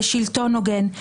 לשלטון הוגן,